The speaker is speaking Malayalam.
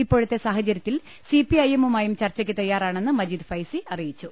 ഇപ്പോ ഴത്തെ സാഹചര്യത്തിൽ സിപിഐഎമ്മുമായും ചർച്ചക്കു തയ്യാ റാണെന്ന് മജീദ് ഫൈസി അറിയിച്ചു